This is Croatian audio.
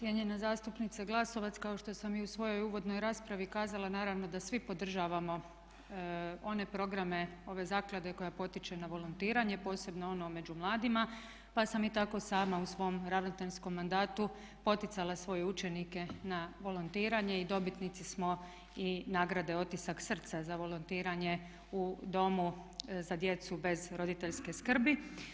Cijenjena zastupnice Glasovac, kao što sam i u svojoj uvodnoj raspravi kazala naravno da svi podražavamo one programe ove zaklade koja potiče na volontiranje, posebno ono među mladima pa sam i tako sama u svom ravnateljskom mandatu poticala svoje učenike na volontiranje i dobitnici smo i nagrade "Otisak srca" za volontiranje u domu za djecu bez roditeljske skrbi.